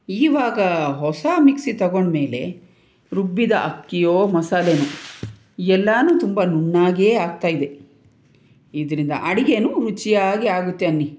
ಈವಾಗ ಹೊಸ ಮಿಕ್ಸಿ ತೊಗೊಂಡ ಮೇಲೆ ರುಬ್ಬಿದ ಅಕ್ಕಿಯೋ ಮಸಾಲೆಯೋ ಎಲ್ಲವೂ ತುಂಬ ನುಣ್ಣಗೆ ಆಗ್ತಾ ಇದೆ ಇದರಿಂದ ಅಡಿಗೆಯೂ ರುಚಿಯಾಗಿ ಆಗತ್ತೆ ಅನ್ನಿ